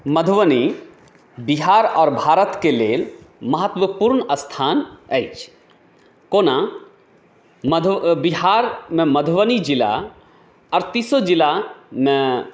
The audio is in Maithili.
मधुबनी बिहार आओर भारतके लेल महत्वपूर्ण स्थान अछि कोना मधु बिहारमे मधुबनी जिला अड़तीसो जिलामे